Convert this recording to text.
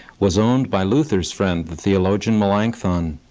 was owned by luther's friend, the theologian melanchthon.